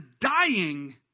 dying